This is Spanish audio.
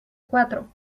cuatro